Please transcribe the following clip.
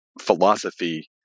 philosophy